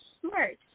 smart